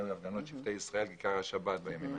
בכיכר השבת.